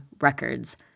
records